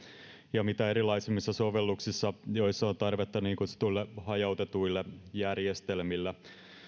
ja mitä erilaisimmissa sovelluksissa joissa on tarvetta niin kutsutuille hajautetuille järjestelmille